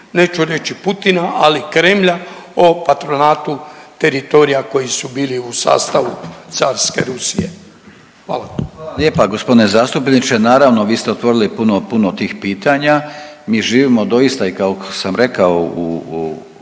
neću reći Putina, ali Kremlja o patronatu teritorija koji su bili u sastavu Carske Rusije? Hvala. **Grlić Radman, Gordan (HDZ)** Hvala lijepa gospodine zastupniče, naravno vi ste otvorili puno, puno tih pitanja. Mi živimo doista i kao što sam rekao u